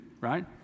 right